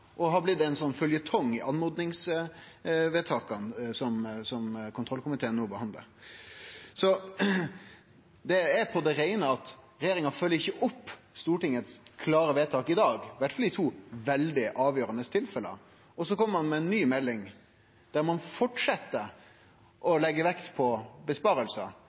har blitt ein slags føljetong i oppmodingsvedtaka som kontrollkomiteen no behandlar. Det er på det reine at regjeringa ikkje følgjer opp klare stortingsvedtak i dag, iallfall i to veldig avgjerande tilfelle. Og så kjem ein med ei ny melding i dag, der ein fortset å leggje vekt på